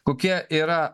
kokia yra